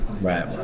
right